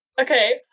okay